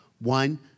One